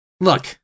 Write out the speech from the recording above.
Look